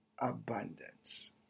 abundance